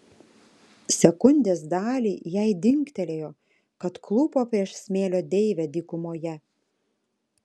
sekundės dalį jai dingtelėjo kad klūpo prieš smėlio deivę dykumoje